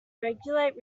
regulate